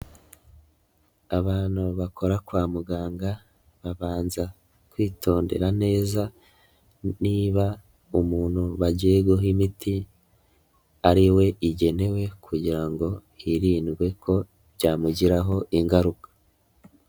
Abantu bakora kwa muganga babanza kwitondera neza niba umuntu bagiye guha imiti ari we igenewe kugira ngo hirindwe ko byamugiraho ingaruka.